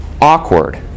awkward